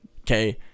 okay